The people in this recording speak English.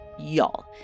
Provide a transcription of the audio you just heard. y'all